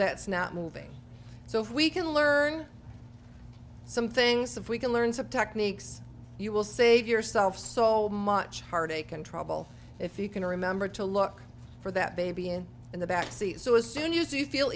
that's not moving so if we can learn some things if we can learn subject meek's you will save yourself so much heartache and trouble if you can remember to look for that baby in the back seat so as soon as you feel